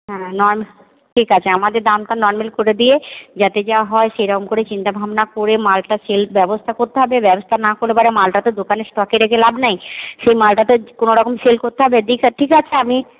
হ্যাঁ ঠিক আছে আমাদের দামটা নর্মাল করে দিয়ে যাতে যা হয় সেরকম করে চিন্তাভাবনা করে মালটা সেল ব্যবস্থা করতে হবে ব্যবস্থা না করলে পরে মালটা তো দোকানে স্টকে রেখে লাভ নেই সেই মালটা তো কোনোরকম সেল করতে হবে দেখি ঠিক আছে আমি